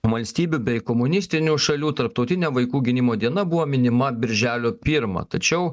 valstybių bei komunistinių šalių tarptautinę vaikų gynimo diena buvo minima birželio pirmą tačiau